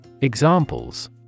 Examples